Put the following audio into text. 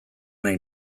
nahi